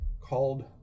called